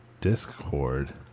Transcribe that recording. Discord